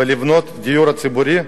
או לבנות דיור ציבורי,